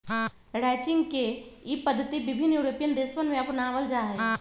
ranching के ई पद्धति विभिन्न यूरोपीयन देशवन में अपनावल जाहई